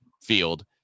field